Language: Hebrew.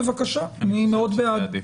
אני מאוד בעד.